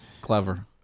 Clever